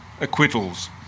acquittals